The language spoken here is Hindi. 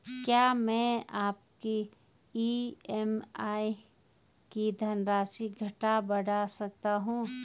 क्या मैं अपनी ई.एम.आई की धनराशि घटा बढ़ा सकता हूँ?